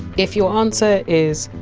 if your answer is!